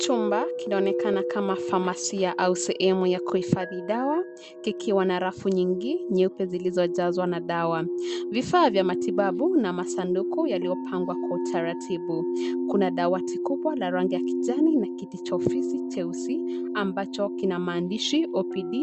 Chumba kinaonekana kama phamacia au sehemu ya kuhifadhi dawa, kikiwa na rafu nyingi nyeupe zilizojazwa na dawa. Vifaa vya matibabu na masanduku yaliyopangwa kwa utaratibu. Kuna dawati kubwa la rangi ya kijani na kiti cha ofisi cheusi ambacho kina maandishi, OPD